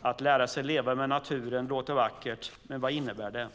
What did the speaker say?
Att lära sig leva med naturen låter vackert, men vad innebär det?